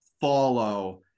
follow